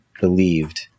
believed